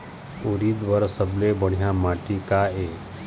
उरीद बर सबले बढ़िया माटी का ये?